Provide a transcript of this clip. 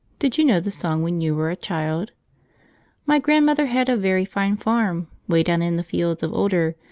did you know the song when you were a child my grandmother had a very fine farm way down in the fields of older.